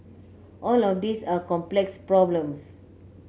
all of these are complex problems